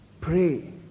Pray